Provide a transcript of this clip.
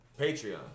Patreon